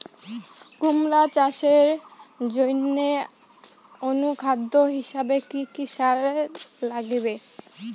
কুমড়া চাষের জইন্যে অনুখাদ্য হিসাবে কি কি সার লাগিবে?